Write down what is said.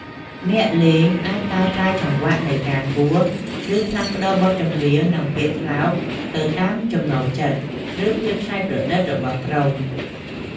អ្នកលេងអាចកែប្រែចង្វាក់នៃការគោះ ឬផ្លាស់ប្ដូរបទចម្រៀង និងពាក្យស្លោកទៅតាមចំណូលចិត្ត ឬភាពច្នៃប្រឌិតរបស់ក្រុម។